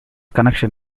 connection